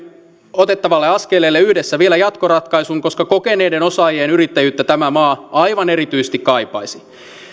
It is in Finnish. otettavalle askeleelle yhdessä vielä jatkoratkaisun koska kokeneiden osaajien yrittäjyyttä tämä maa aivan erityisesti kaipaisi